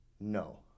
No